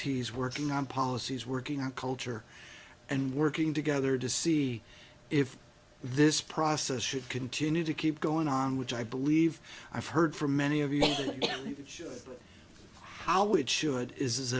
t's working on policies working on culture and working together to see if this process should continue to keep going on which i believe i've heard from many of you how it should is